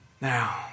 Now